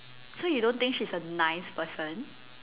so you don't think she's a nice person